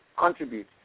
Contribute